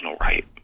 right